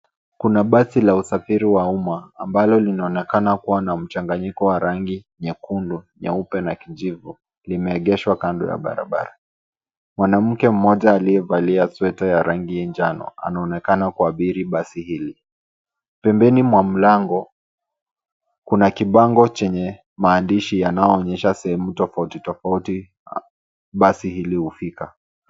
Kuna basi la usafiri wa umma ambalo linaonekana kuwa na mchanganyiko wa rangi nyekundu, nyeupe na kijivu, limeegeshwa kando ya barabara. Mwanamke mmoja aliyevalia sweta ya rangi njano anaonekana kuabiri basi hili. Pembeni mwa mlango, kuna kibango chenye maandishi yanayoonyesha sehemu tofauti tofauti basi hili hufika.